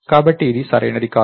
కాబట్టి ఇది సరైనది కాదు